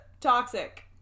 toxic